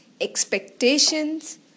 expectations